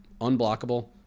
unblockable